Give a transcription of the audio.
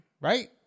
Right